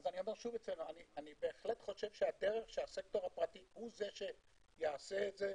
אני בהחלט חושב שהדרך שהסקטור הפרטי הוא זה שיעשה את זה,